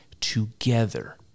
together